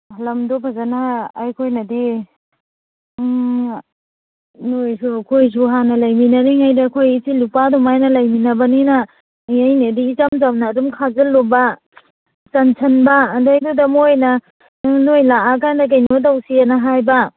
ꯂꯝꯗꯣ ꯐꯖꯅ ꯑꯩꯈꯣꯏꯅꯗꯤ ꯅꯣꯏꯁꯨ ꯑꯩꯈꯣꯏꯁꯨ ꯍꯥꯟꯅ ꯂꯩꯃꯤꯟꯅꯔꯤꯉꯩꯗ ꯑꯩꯈꯣꯏ ꯏꯆꯤꯜ ꯏꯎꯄꯥ ꯗꯨꯃꯥꯏꯅ ꯂꯩꯃꯤꯟꯅꯕꯅꯤꯅ ꯑꯩꯅꯗꯤ ꯏꯆꯝ ꯆꯝꯅ ꯑꯗꯨꯝ ꯈꯥꯖꯜꯂꯨꯕ ꯆꯟꯁꯟꯕ ꯑꯗꯩꯗꯨꯗ ꯃꯣꯏꯅ ꯅꯣꯏ ꯂꯥꯛꯑ ꯀꯥꯟꯗ ꯀꯩꯅꯣ ꯇꯧꯁ ꯍꯥꯏꯅ ꯍꯥꯏꯕ